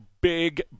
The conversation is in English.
big